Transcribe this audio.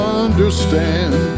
understand